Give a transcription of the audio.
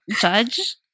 Judge